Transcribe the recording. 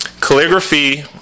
Calligraphy